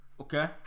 Okay